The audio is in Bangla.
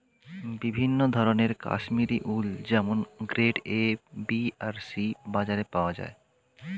বিভিন্ন ধরনের কাশ্মীরি উল যেমন গ্রেড এ, বি আর সি বাজারে পাওয়া যায়